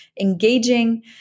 engaging